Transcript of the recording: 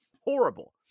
horrible